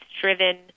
driven